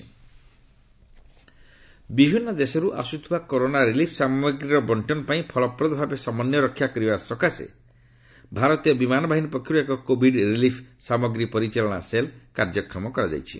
air force management cell ବିଭିନ୍ନ ଦେଶରୁ ଆସୁଥିବା କରୋନା ରିଲିଫ୍ ସାମଗ୍ରୀର ବଣ୍ଟନ ପାଇଁ ଫଳପ୍ରଦ ଭାବେ ସମନ୍ୱୟ ରକ୍ଷା କରିବା ସକାଶେ ଭାରତୀୟ ବିମାନ ବାହିନୀ ପକ୍ଷର୍ ଏକ କୋଭିଡ୍ ରିଲିଫ୍ ସାମଗ୍ରୀ ପରିଚାଳନା ସେଲ୍ କାର୍ଯ୍ୟକ୍ଷମ ହୋଇଛି